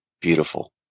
beautiful